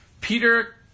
Peter